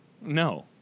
No